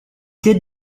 did